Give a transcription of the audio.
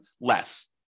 less